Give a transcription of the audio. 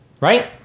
Right